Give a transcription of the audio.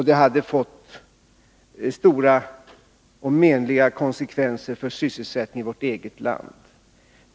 Det hade fått stora och menliga konsekvenser för sysselsättningen i vårt eget land.